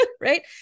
Right